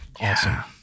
awesome